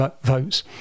votes